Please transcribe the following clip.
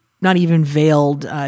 not-even-veiled